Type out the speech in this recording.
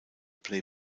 play